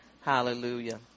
hallelujah